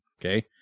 okay